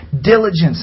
Diligence